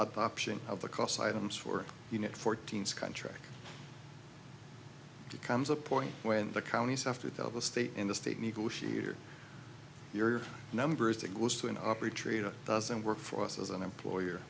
up option of the cost items for unit fourteenth's contract comes a point when the counties have to tell the state in the state negotiator your numbers to close to an operator doesn't work for us as an employer